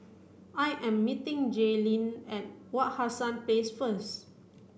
I am meeting Jaylyn at Wak Hassan Place first